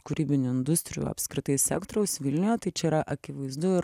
kūrybinių industrijų apskritai sektoriaus vilniuje tai čia yra akivaizdu ir